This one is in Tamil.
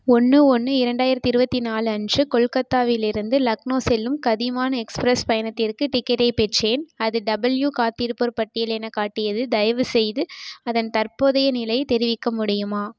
ஒன்று ஒன்று இரண்டாயிரத்தி இருபத்தி நாலு அன்று கொல்கத்தாவிலிருந்து லக்னோ செல்லும் கதிமான் எக்ஸ்பிரஸ் பயணத்திற்கு டிக்கெட்டைப் பெற்றேன் அது டபிள்யூ காத்திருப்போர் பட்டியல் என காட்டியது தயவு செய்து அதன் தற்போதைய நிலையை தெரிவிக்க முடியுமா